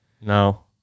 No